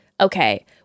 okay